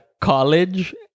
College